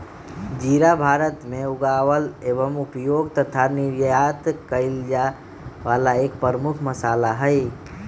जीरा भारत में उगावल एवं उपयोग तथा निर्यात कइल जाये वाला एक प्रमुख मसाला हई